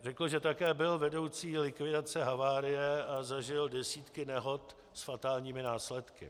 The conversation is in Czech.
Řekl, že také byl vedoucí likvidace havárie a zažil desítky nehod s fatálními následky.